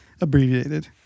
abbreviated